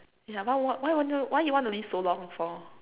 yeah what what why you want to why you want to live so long for